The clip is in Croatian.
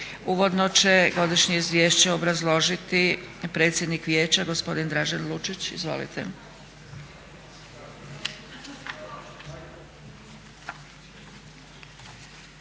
Uvodno će Godišnje izvješće obrazložiti predsjednik Vijeća gospodin Dražen Lučić. Izvolite.